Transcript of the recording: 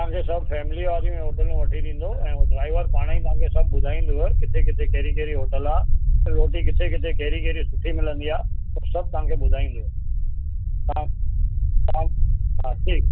तव्हां खे सभु फैमिलियुनि वारियूं ई होटलूं वठी ॾींदव ऐं हू ड्राइवर पाण ई तव्हां खे सभु ॿुधाइंदव किथे किथे कहिड़ी कहिड़ी होटल आहे रोटी किथे किथे कहिड़ी कहिड़ी सुठी मिलंदी आहे उहो सभु तव्हां खे ॿुधाइंदव हा हा ठीक